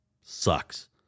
Sucks